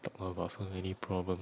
talk about so many problems